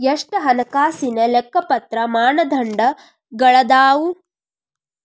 ಎಷ್ಟ ಹಣಕಾಸಿನ್ ಲೆಕ್ಕಪತ್ರ ಮಾನದಂಡಗಳದಾವು?